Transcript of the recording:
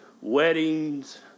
Weddings